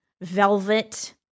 velvet